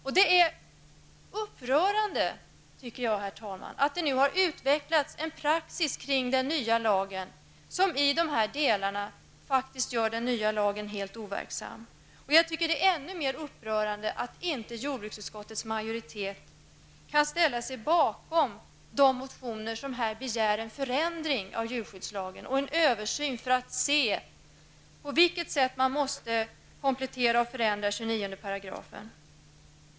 Jag tycker, herr talman, att det är upprörande att det har utvecklats en praxis beträffande den nya lagen som delvis gör att den inte har någon verkan. Ännu mer upprörande tycker jag att det är att inte jordbruksutskottets majoritet kunde ställa sig bakom de motioner där det begärdes en ändring av djurskyddslagen och en översyn i syfte att se på vilket sätt 29 § måste ändras och kompletteras.